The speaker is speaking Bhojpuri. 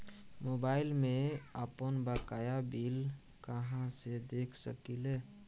मोबाइल में आपनबकाया बिल कहाँसे देख सकिले?